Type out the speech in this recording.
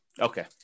Okay